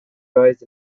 rise